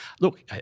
look